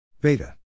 beta